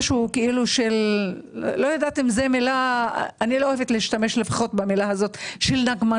לא יודעת אם זו מילה לא אוהבת להשתמש במילה נקמנות,